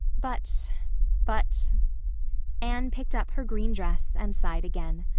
but but anne picked up her green dress and sighed again.